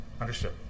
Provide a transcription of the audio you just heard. Understood